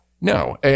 no